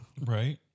Right